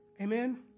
Amen